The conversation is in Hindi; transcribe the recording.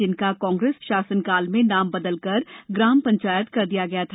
जिनका कांग्रेस शासन काल में नाम बदलकर ग्राम पंचायत कर दिया गया था